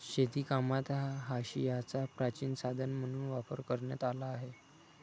शेतीकामात हांशियाचा प्राचीन साधन म्हणून वापर करण्यात आला आहे